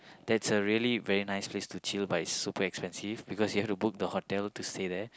there's a really very nice place to chill but it's super expensive because you have to book the hotel to stay there